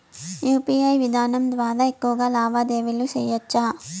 UPI విధానం ద్వారా ఎక్కువగా లావాదేవీలు లావాదేవీలు సేయొచ్చా?